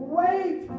wait